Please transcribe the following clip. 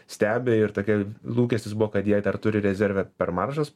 stebi ir tokia lūkestis buvo kad jei dar turi rezerve per maržas